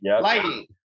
lighting